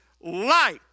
light